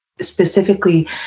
specifically